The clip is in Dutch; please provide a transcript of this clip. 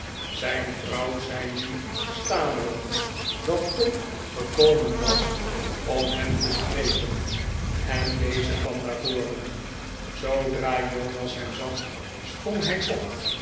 zijn vrouw zei nu stamelend dat tom gekomen was om hem te spreken en deze kwam naar voren zoodra jonas hem zag sprong hij op